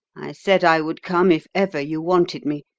said i would come if ever you wanted me,